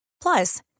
Plus